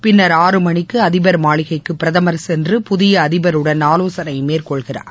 பின்னர் ஆறு மணிக்குஅதிபர் மாளிகைக்குபிரதமர் சென்று புதியஅதிபருடன் ஆலோசனைமேற்கொள்கிறார்